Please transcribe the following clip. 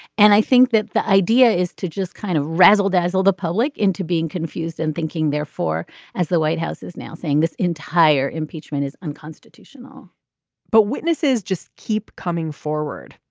and i think that the idea is to just kind of razzle dazzle the public into being confused and thinking therefore as the white house is now saying this entire impeachment is unconstitutional but witnesses just keep coming forward.